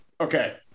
Okay